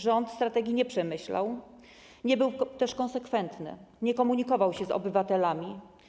Rząd strategii nie przemyślał, nie był też konsekwentny, nie komunikował się z obywatelami.